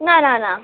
না না না